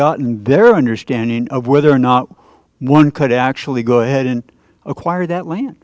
gotten their understanding of whether or not one could actually go ahead and acquire that land